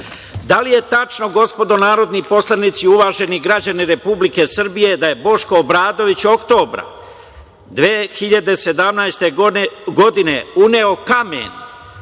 ne? Da li je tačno, gospodo narodni poslanici, uvaženi građani Republike Srbije, da je Boško Obradović oktobra 2017. godine uneo kamen,